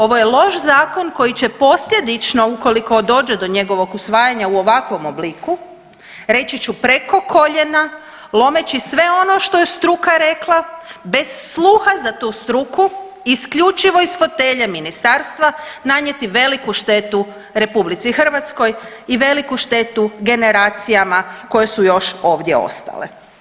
Ovo je loš zakon koji će posljedično ukoliko dođe do njegovog usvajanja u ovakvom obliku reći ću preko koljena lomeći sve ono što je struka rekla, bez sluha za tu struku isključivo iz fotelje ministarstva nanijeti veliku štetu RH i veliku štetu generacijama koje su još ovdje ostale.